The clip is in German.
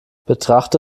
betrachte